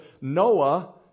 Noah